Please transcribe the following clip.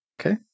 Okay